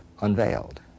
unveiled